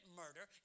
murder